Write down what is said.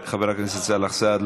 חבר הכנסת סאלח סעד,